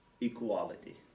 equality